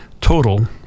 total